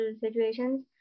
situations